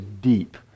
deep